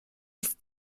bis